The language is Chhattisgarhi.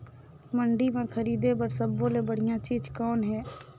मंडी म खरीदे बर सब्बो ले बढ़िया चीज़ कौन हे?